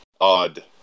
odd